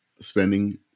spending